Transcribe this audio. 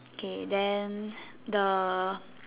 okay then the